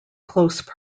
close